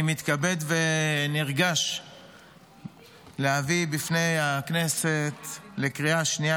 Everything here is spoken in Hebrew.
אני מתכבד ונרגש להביא בפני הכנסת לקריאה שנייה